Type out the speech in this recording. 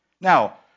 Now